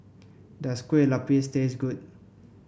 does Kue Lupis taste good